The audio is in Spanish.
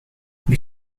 mis